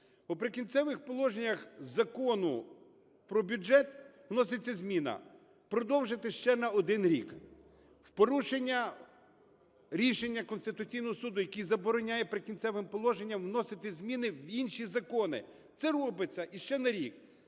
У "Прикінцевих положеннях" Закону про бюджет вноситься зміна: "Продовжити ще на один рік". В порушення рішення Конституційного Суду, який забороняє "Прикінцевим положенням" вносити зміни в інші закони, це робиться іще на рік.